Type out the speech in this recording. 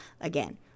again